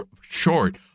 short